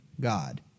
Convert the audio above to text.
God